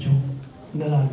you know